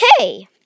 okay